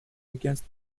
against